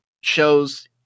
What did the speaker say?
shows